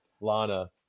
Lana